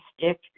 stick